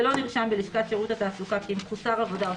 ולא נרשם בלשכת שירות התעסוקה כמחוסר עבודה או